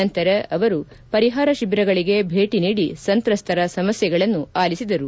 ನಂತರ ಅವರು ಪರಿಹಾರ ಶಿಬಿರಗಳಿಗೆ ಭೇಟಿ ನೀಡಿ ಸಂತ್ರಸ್ತರ ಸಮಸ್ಠೆಗಳನ್ನು ಆಲಿಸಿದರು